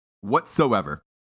whatsoever